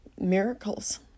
miracles